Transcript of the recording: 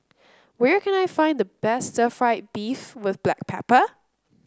where can I find the best Stir Fried Beef with Black Pepper